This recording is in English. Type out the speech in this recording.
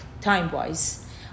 time-wise